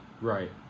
Right